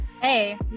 Hey